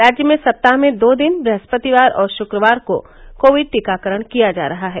राज्य में सप्ताह में दो दिन बृहस्पतिवार और शुक्रवार को कोविड टीकाकरण किया जा रहा है